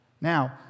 now